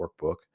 workbook